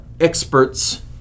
experts